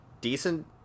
decent